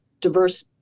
diverse